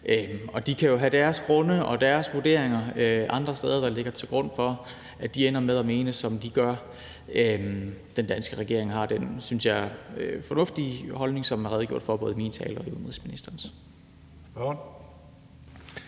steder kan de jo have deres grunde og deres vurderinger, der ligger til grund for, at de ender med at mene, som de gør. Den danske regering har den, synes jeg, fornuftige holdning, som der er blevet redegjort for i både min og i udenrigsministerens